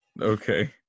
Okay